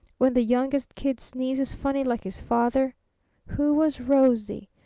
when the youngest kid sneezes funny like his father who was rosie?